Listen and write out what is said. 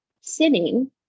sinning